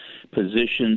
positions